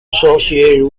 associated